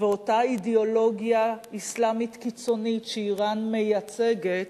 ואותה אידיאולוגיה אסלאמית קיצונית שאירן מייצגת